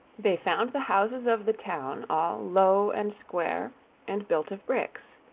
they found the houses of the town all low and square and built of bricks,